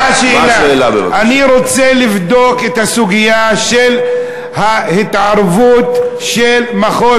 אני רוצה לבדוק את הסוגיה של התערבות מחוז